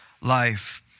life